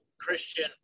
Christian